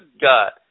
God